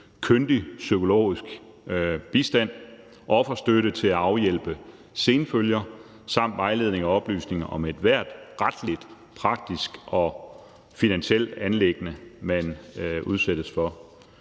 kyndig psykologisk bistand, offerstøtte til at afhjælpe senfølger samt vejledning og oplysning om ethvert retligt, praktisk og finansielt anliggende, man udsættes for.